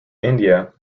india